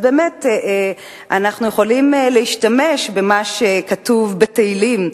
אנחנו יכולים להשתמש במה שכתוב בתהילים,